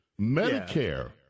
Medicare